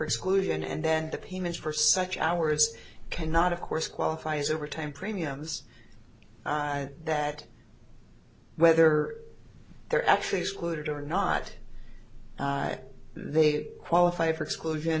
exclusion and then the payments for such hours cannot of course qualify as overtime premiums that whether they're actually excluded or not they qualify for exclusion